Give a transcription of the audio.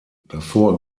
davor